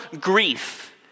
grief